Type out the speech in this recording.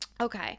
Okay